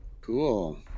Cool